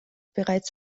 bereits